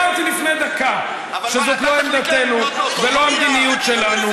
הרי אמרתי לפני דקה שזאת לא עמדתנו ולא המדיניות שלנו,